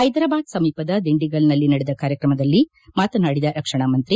ಹೈದರಾಬಾದ್ ಸಮೀಪದ ದಿಂಡಿಗಲ್ನಲ್ಲಿ ನಡೆದ ಕಾರ್ಯಕ್ರಮದಲ್ಲಿ ಮಾತನಾಡಿದ ರಕ್ಷಣಾ ಮಂತ್ರಿ